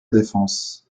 défense